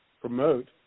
promote